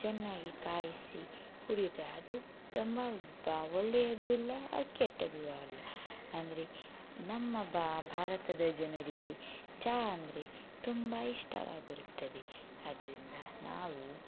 ಚೆನ್ನಾಗಿ ಕಾಯಿಸಿ ಕುಡಿಯುತಾ ಅದು ತುಂಬ ಬ ಒಳ್ಳೆಯದು ಇಲ್ಲ ಅದು ಕೆಟ್ಟದ್ದು ಅಲ್ಲ ಅಂದರೆ ನಮ್ಮ ಭಾರತದ ಜನರಿಗೆ ಚಹ ಅಂದರೆ ತುಂಬ ಇಷ್ಟವಾಗಿರುತ್ತದೆ ಅದರಿಂದ ನಾವು